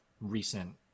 recent